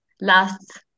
last